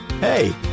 Hey